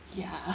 ya